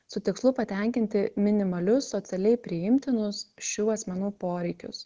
su tikslu patenkinti minimalius socialiai priimtinus šių asmenų poreikius